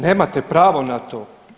Nemate pravo na to.